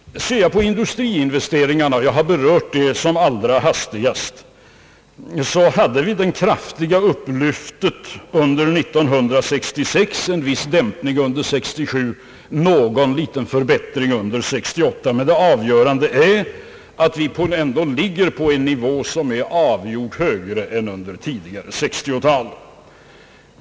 Beträffande industriinvesteringarna, som jag har berört som allra hastigast, hade vi den kraftiga upplyftningen under 1966, en viss dämpning under 1967 och någon liten förbättring under 1968. Men det avgörande är att vi ändå ligger på en nivå som är högre än under den tidigare delen av 1960-talet.